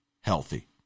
healthy